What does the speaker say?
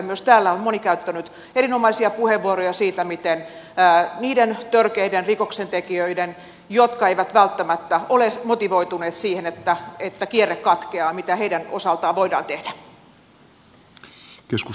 myös täällä on moni käyttänyt erinomaisia puheenvuoroja siitä mitä niiden törkeän rikoksen tekijöiden osalta jotka eivät välttämättä ole motivoituneet siihen että kierre katkeaa voidaan tehdä